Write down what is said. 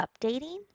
updating